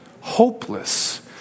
hopeless